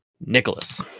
Nicholas